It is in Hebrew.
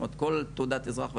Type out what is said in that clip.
כמו כל תעודת אזרח וותיק,